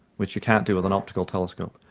which you can't do with and optical telescopes.